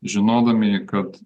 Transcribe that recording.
žinodami kad